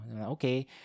Okay